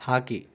hockey